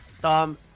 Tom